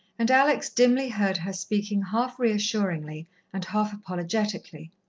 and alex dimly heard her speaking half-reassuringly and half-apologetically.